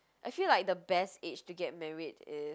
I feel like the best age to get married is